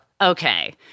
Okay